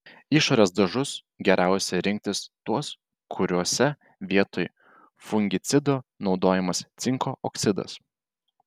išorės dažus geriausia rinktis tuos kuriuose vietoj fungicido naudojamas cinko oksidas